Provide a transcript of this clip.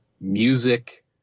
music